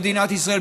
מדינת ישראל,